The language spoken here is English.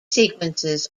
sequences